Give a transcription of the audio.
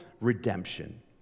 redemption